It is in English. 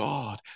God